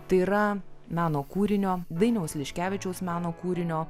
tai yra meno kūrinio dainiaus liškevičiaus meno kūrinio